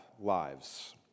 lives